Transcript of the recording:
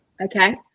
Okay